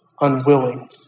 unwilling